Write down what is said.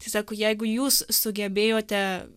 tiesiog jeigu jūs sugebėjote